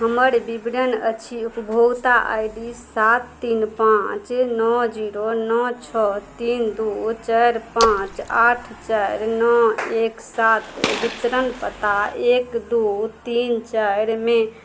हमर विवरण अछि उपभोक्ता आइ डी सात तीन पाँच नओ जीरो नओ छओ तीन दुइ चारि पाँच आठ चारि नओ एक सात वितरण पता एक दुइ तीन चारि मे